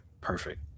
Perfect